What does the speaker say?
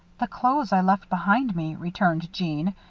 the clothes i left behind me, returned jeanne,